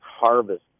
harvest